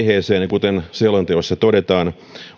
kuten selonteossa todetaan